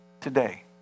today